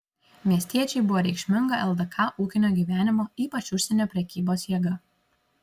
miestiečiai buvo reikšminga ldk ūkinio gyvenimo ypač užsienio prekybos jėga